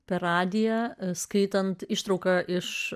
per radiją skaitant ištrauką iš